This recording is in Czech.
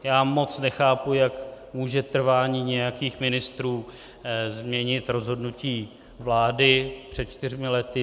Já moc nechápu, jak může trvání nějakých ministrů změnit rozhodnutí vlády před čtyřmi lety.